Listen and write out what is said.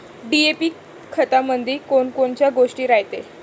DAP खतामंदी कोनकोनच्या गोष्टी रायते?